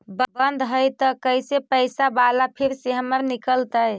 बन्द हैं त कैसे पैसा बाला फिर से हमर निकलतय?